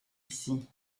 ici